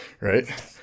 Right